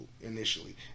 initially